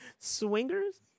Swingers